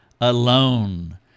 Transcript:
alone